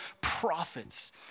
prophets